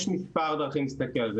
יש מספר דרכים להסתכל על זה.